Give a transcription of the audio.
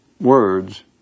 words